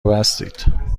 بستید